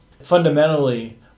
fundamentally